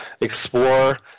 explore